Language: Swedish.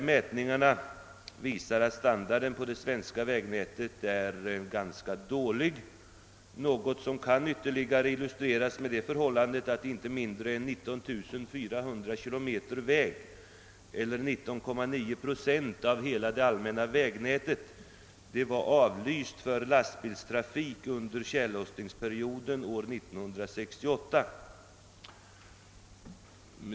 Mätningen visar att standarden på det svenska vägnätet är ganska dålig, något som ytterligare kan illustreras med det faktum att inte mindre än 19400 km väg eller 19,9 procent av hela det allmänna vägnätet var avlyst för lastbilstrafik under tjällossningsperioden år 1968.